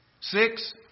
Six